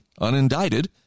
unindicted